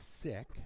sick